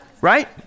Right